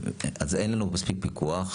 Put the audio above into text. אז אין לנו מספיק פיקוח.